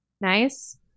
nice